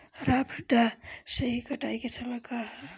सॉफ्ट dough कटाई के सही समय का ह?